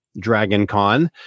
DragonCon